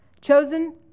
Chosen